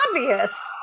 obvious